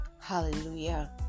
Hallelujah